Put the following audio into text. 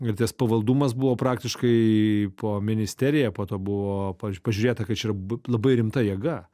ir tas pavaldumas buvo praktiškai po ministerija po to buvo pažiu pažiūrėta kad čia yra labai rimta jėga